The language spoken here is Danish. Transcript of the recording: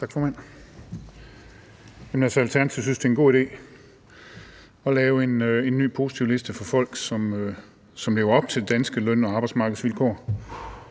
Tak, formand. Alternativet synes, det er en god idé at lave en ny positivliste for folk, som lever op til de danske løn- og arbejdsmarkedsvilkår,